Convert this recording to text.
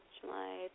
July